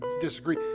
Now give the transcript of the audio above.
disagree